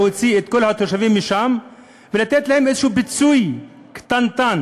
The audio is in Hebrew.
להוציא את כל התושבים משם ולתת להם איזשהו פיצוי קטנטן.